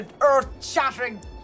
earth-shattering